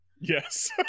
Yes